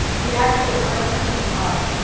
the actual content of the talk,